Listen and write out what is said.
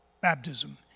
baptism